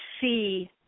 see